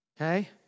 Okay